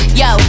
yo